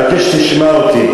אני מבקש שתשמע אותי.